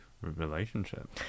relationship